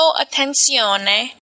attenzione